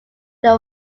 there